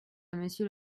monsieur